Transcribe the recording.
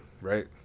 right